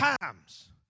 times